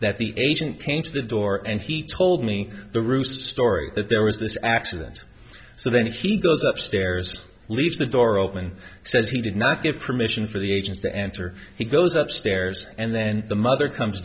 that the agent came to the door and he told me the roost story that there was this accident so then he goes upstairs leaves the door open says he did not give permission for the agents to answer he goes upstairs and then the mother comes